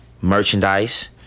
Merchandise